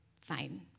fine